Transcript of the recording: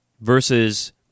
versus